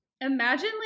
imagine